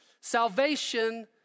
Salvation